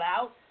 out